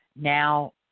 Now